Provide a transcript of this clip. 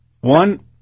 One